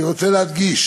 אני רוצה להדגיש